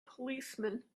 policeman